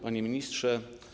Panie Ministrze!